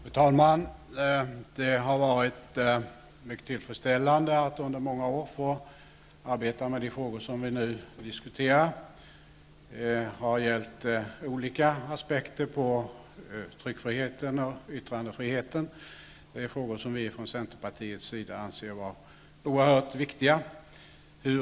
Fru talman! Det har varit mycket tillfredsställande att under många år ha fått arbeta med de frågor som vi nu diskuterar. Det har gällt olika aspekter på tryckfriheten och yttrandefriheten, och det är frågor som vi från centerpartiets sida anser är oerhört viktiga.